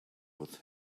with